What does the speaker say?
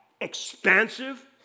expansive